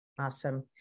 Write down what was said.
Awesome